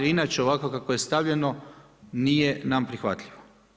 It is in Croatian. Jer inače ovako kako je stavljeno nije nam prihvatljivo.